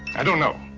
i don't know.